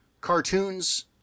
cartoons